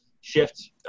shift